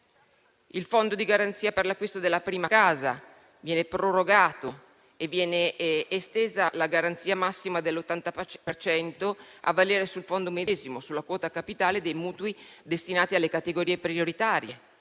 Il Fondo di garanzia per l'acquisto della prima casa viene prorogato e viene estesa la garanzia massima dell'80 per cento a valere sul Fondo medesimo, sulla quota capitale dei mutui destinati alle categorie prioritarie,